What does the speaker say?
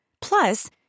Plus